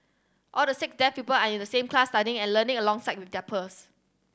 all the six deaf pupil are in the same class studying and learning alongside with their pers